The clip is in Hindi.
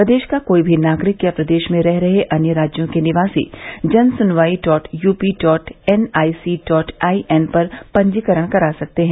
प्रदेश का कोई भी नागरिक या प्रदेश में रह रहे अन्य राज्यों के निवासी Jansunwai dot UP dot NIC dot I N पर पंजीकरण करा सकते हैं